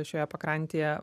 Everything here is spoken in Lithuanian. šioje pakrantėje